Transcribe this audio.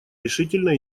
решительно